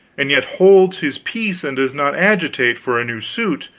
and yet holds his peace and does not agitate for a new suit,